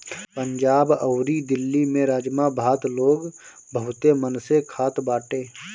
पंजाब अउरी दिल्ली में राजमा भात लोग बहुते मन से खात बाटे